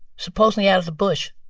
supposedly out of the bush.